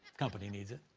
company needs it.